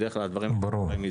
ובדרך כלל הדברים הם במיזוג,